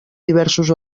diversos